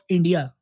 India